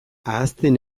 ahazten